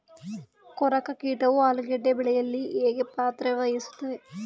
ಕೊರಕ ಕೀಟವು ಆಲೂಗೆಡ್ಡೆ ಬೆಳೆಯಲ್ಲಿ ಹೇಗೆ ಪಾತ್ರ ವಹಿಸುತ್ತವೆ?